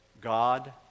God